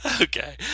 okay